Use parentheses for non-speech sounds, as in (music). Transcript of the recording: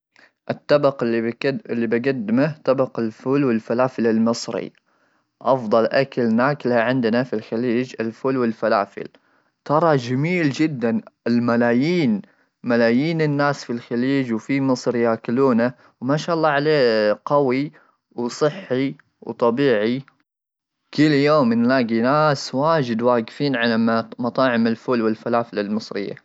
الطبق اللي بقدمه طبق الفول والفلافل المصري ,افضل اكل ناكله عندنا في الخليج الفول والفلافل ,ترى جميل جدا الملايين (hesitation) ملايين الناس في الخليج وفي مصر ياكلونه وما شاء الله عليه قوي وصحي وطبيعي كل يوم نلاقي ناس واجد واقفين على مطاعم الفول والفلافل المصريه.